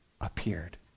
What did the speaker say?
appeared